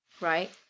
right